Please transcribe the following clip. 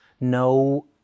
no